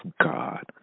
God